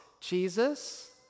Jesus